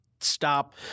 stop